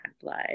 blood